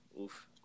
oof